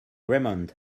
raymond